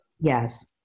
yes